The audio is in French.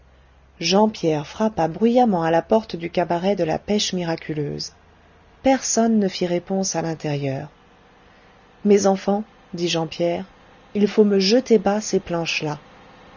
jean pierre frappa bruyamment à la porte du cabaret de la pêche miraculeuse personne ne fit réponse à l'intérieur mes enfants dit jean pierre il faut me jeter bas ces planches là